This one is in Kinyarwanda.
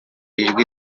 ijwi